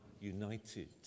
united